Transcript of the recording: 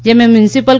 જેમાં મ્યુનિસિપલ